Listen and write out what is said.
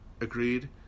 agreed